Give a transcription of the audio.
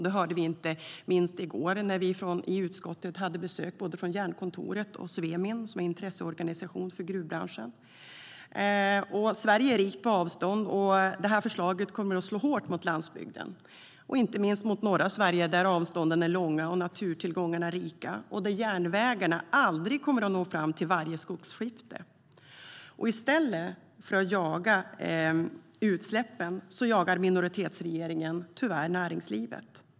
Det hörde vi inte minst i går, då vi i utskottet hade besök från Jernkontoret och Svemin, som är en intresseorganisation för gruvbranschen. Sverige är rikt på avstånd, och en kilometerskatt kommer att slå hårt mot landsbygden, inte minst i norra Sverige, där avstånden är långa och naturtillgångarna rika och där järnvägarna aldrig kommer att nå fram till varje skogsskifte. I stället för att jaga utsläppen jagar minoritetsregeringen tyvärr näringslivet.